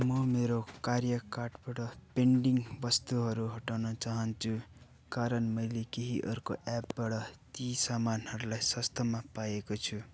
म मेरो कार्य कार्डबाट पेन्डिङ वस्तुहरू हटाउन चाहन्छु कारण मैले केही अर्को एपबाट ती सामानहरूलाई सस्तोमा पाएको छु